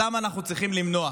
אותם אנחנו צריכים למנוע,